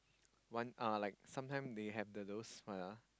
one uh like sometime they have the those what ah